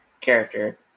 character